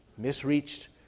misreached